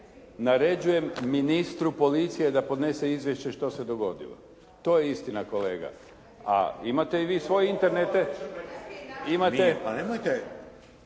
Naređujem ministru policije da podnese izvješće što se dogodilo." To je istina, kolega. A imate i vi svoje internete… …